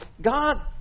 God